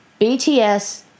BTS